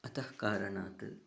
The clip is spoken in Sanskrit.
अतः कारणात्